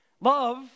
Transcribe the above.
Love